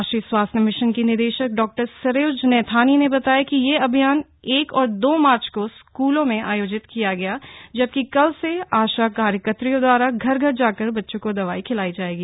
राष्ट्रीय स्वास्थ्य मिशन की निदेशक डॉ सरोज नैथानी ने बताया कि यह अभियान एक और दो मार्च को स्कूलों में आयोजित किया गया जबकि कल से आशा कार्यकर्त्रियों द्वारा घर घर जाकर बच्चों को दवाई खिलाई जाएगी